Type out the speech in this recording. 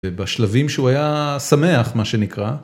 בשלבים שהוא היה שמח, מה שנקרא.